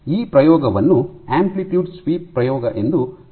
ಈ ಪ್ರಯೋಗವನ್ನು amplitude sweep ಪ್ರಯೋಗ ಎಂದು ಕರೆಯಲಾಗುತ್ತದೆ